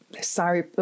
sorry